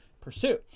pursue